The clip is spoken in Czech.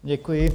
Děkuji.